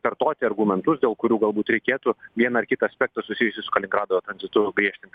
kartoti argumentus dėl kurių galbūt reikėtų vieną ar kitą aspektą susijusį su kaliningrado tranzitu griežtinti